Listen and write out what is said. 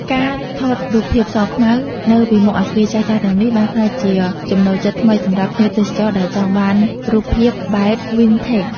ការថតរូបភាពសខ្មៅនៅពីមុខអគារចាស់ៗទាំងនេះ បានក្លាយជាចំណូលចិត្តថ្មីសម្រាប់ភ្ញៀវទេសចរដែលចង់បានរូបភាពបែប "Vintage"។